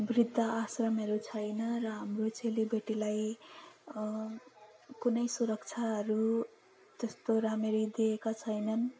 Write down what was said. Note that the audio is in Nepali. वृद्ध आश्रमहरू छैन र हाम्रो चेली बेटीलाई कुनै सुरक्षाहरू त्यस्तो रामरी दिएका छैनन्